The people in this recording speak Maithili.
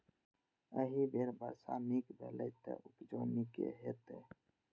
एहि बेर वर्षा नीक भेलैए, तें उपजो नीके हेतै